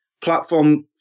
platform